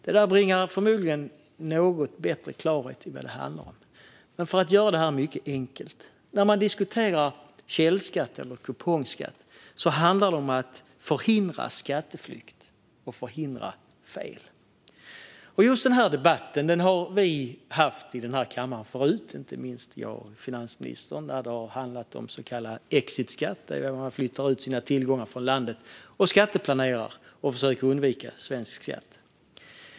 Det bringar förmodligen något bättre klarhet i vad det handlar om. Men jag ska göra det mycket enkelt; källskatt eller kupongskatt handlar om att förhindra skatteflykt och fel. Just den här debatten har vi, inte minst jag och finansministern, haft i kammaren förut. Det har handlat om så kallad exitskatt, när man flyttar ut sina tillgångar från landet, skatteplanerar och försöker undvika att betala svensk skatt.